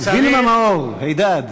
וילמה מאור, הידד.